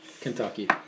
Kentucky